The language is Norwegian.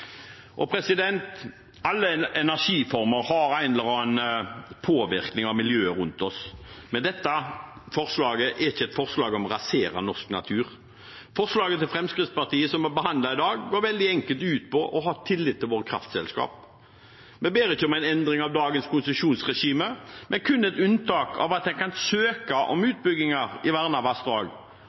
Alle energiformer har en eller annen påvirkning på miljøet rundt oss, men dette forslaget er ikke et forslag om å rasere norsk natur. Forslaget til Fremskrittspartiet som vi behandler i dag, går veldig enkelt ut på å ha tillit til våre kraftselskap. Vi ber ikke om en endring av dagens konsesjonsregime, men kun et unntak om at en kan søke om utbygginger i vernede vassdrag